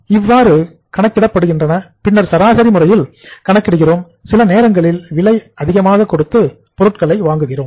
இவ்வாறு கணக்கிடப்படுகின்றன பின்னர் சராசரி முறையில் கணக்கிடுகிறோம் சில நேரங்களில் விலை அதிகமாக கொடுத்து பொருட்களை வாங்குகிறோம்